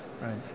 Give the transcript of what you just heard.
right